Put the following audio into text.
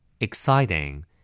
exciting